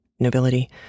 Nobility